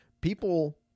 people